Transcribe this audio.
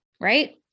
right